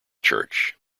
church